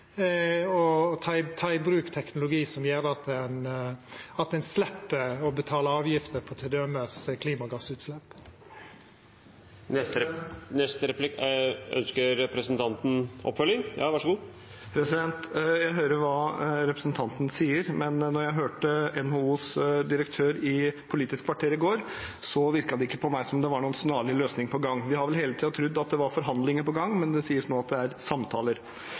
og ta i bruk teknologi som gjer at ein slepp å betale avgifter for t.d. klimagassutslepp. Jeg hører hva representanten sier, men da jeg hørte NHOs direktør i Politisk kvarter i går, virket det ikke på meg som det var noen snarlig løsning på gang. Vi har vel hele tiden trodd at det var forhandlinger på gang, men det sies nå at det er samtaler.